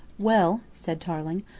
well, said tarling,